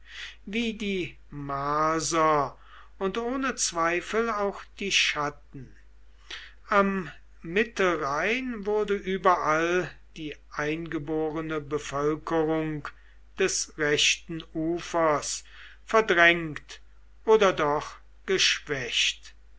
wie die marser und ohne zweifel auch die chatten am mittelrhein wurde überall die eingeborene bevölkerung des rechten ufers verdrängt oder doch geschwächt